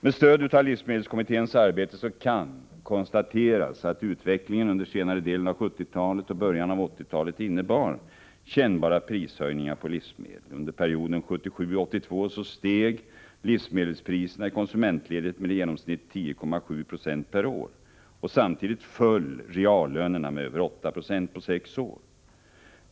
Med stöd av livsmedelskommitténs arbete kan konstateras att utvecklingen under senare delen av 1970-talet och början av 1980-talet innebar kännbara prishöjningar på livsmedel. Under perioden 1977-1982 steg livsmedelspriserna i konsumentledet med i genomsnitt 10,7 90 per år. Samtidigt föll reallönerna med över 8 90 på sex år.